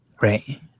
Right